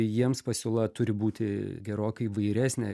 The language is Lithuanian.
jiems pasiūla turi būti gerokai įvairesnė